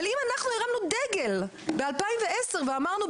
אבל אם אנחנו הרמנו דגל ב-2010 ואמרנו: